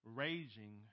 raging